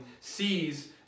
sees